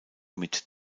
mit